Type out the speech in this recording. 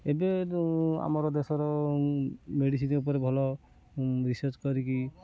ଏବେ ଆମର ଦେଶର ମେଡ଼ିସିନ୍ ଉପରେ ଭଲ ରିସର୍ଚ୍ଚ କରିକି